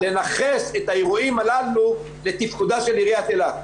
לנכס את האירועים הללו לתפקודה של עירית אילת.